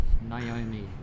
Naomi